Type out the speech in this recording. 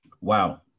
wow